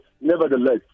nevertheless